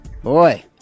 Boy